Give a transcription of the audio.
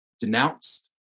denounced